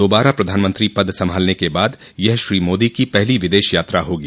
दोबारा प्रधानमंत्री पद संभालने के बाद यह श्री मोदी की पहली विदेश यात्रा होगी